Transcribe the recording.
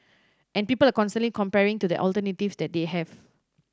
and people are constantly comparing to the alternatives that they have